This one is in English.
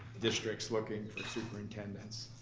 districts looking for superintendents.